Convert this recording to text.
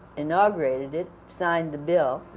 inaugurated it, signed the bill,